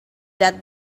that